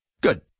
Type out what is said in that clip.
Good